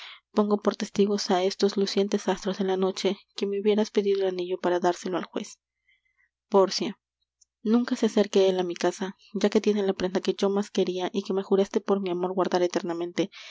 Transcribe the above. pongo por testigos á estos lucientes astros de la noche me hubieras pedido el anillo para dárselo al juez pórcia nunca se acerque él á mi casa ya que tiene la prenda que yo más queria y que me juraste por mi amor guardar eternamente